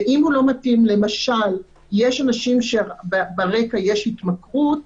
ואם הוא לא מתאים למשל יש אנשים שברקע יש התמכרות,